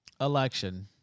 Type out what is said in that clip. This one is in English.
election